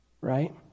Right